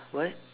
what